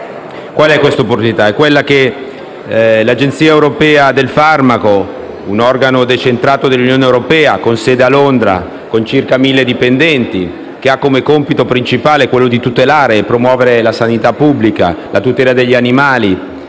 nostro Paese. Mi riferisco al fatto che l'Agenzia europea del farmaco (EMA), un organo decentrato dell'Unione europea con sede a Londra e circa 1.000 dipendenti, che ha come compito principale quello di tutelare e promuovere la sanità pubblica, la tutela degli animali,